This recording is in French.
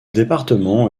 département